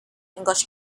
english